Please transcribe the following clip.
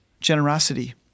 generosity